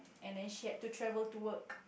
and then she had to travel to work